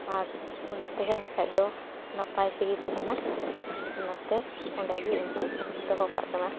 ᱟᱨ ᱚᱸᱰᱮ ᱛᱮᱦᱮᱱ ᱠᱷᱟᱡᱫᱚ ᱚᱱᱟ ᱱᱟᱯᱟᱭᱛᱮᱜᱮ ᱛᱮᱦᱮᱱᱟ ᱚᱱᱟᱛᱮ ᱚᱸᱰᱮᱜᱮ ᱤᱧᱦᱚᱸᱧ ᱫᱚᱦᱚᱠᱟᱜ ᱠᱟᱱᱟ